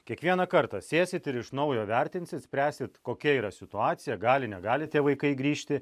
kiekvieną kartą sėsit ir iš naujo vertinsit spręsit kokia yra situacija gali negali tie vaikai grįžti